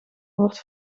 wordt